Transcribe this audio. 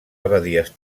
abadies